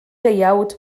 deuawd